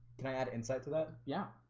can i add insight to that yeah?